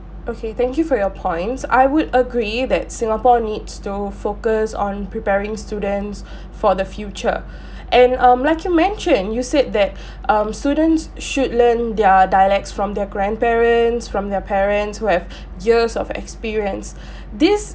okay thank you for your points I would agree that singapore needs to focus on preparing students for the future and um like you mentioned you said that um students should learn their dialects from their grandparents from their parents who have years of experience this